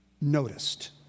noticed